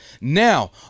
Now